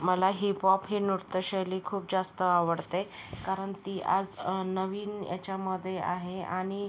मला हिपॉप हे नृत्यशैली खूप जास्त आवडते कारण ती आज नवीन याच्यामध्ये आहे आणि